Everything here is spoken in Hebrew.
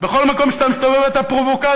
בכל מקום שאתה מסתובב אתה פרובוקטור.